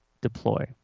deploy